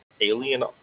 alien